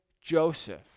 Joseph